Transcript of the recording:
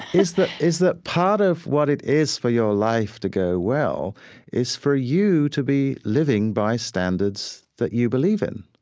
is that is that part of what it is for your life to go well is for you to be living by standards that you believe in.